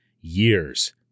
years